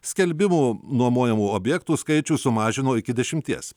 skelbimų nuomojamų objektų skaičių sumažino iki dešimties